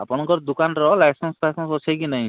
ଆପଣଙ୍କ ଦୋକାନର ଲାଇସେନ୍ସଫାଇସେନ୍ସ ଅଛି କି ନାଇଁ